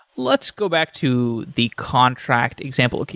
let's go back to the contract example.